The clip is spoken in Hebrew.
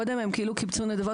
קודם הם כאילו קיבצו נדבות,